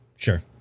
Sure